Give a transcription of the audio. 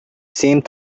seemed